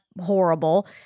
horrible